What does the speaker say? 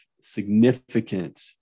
significant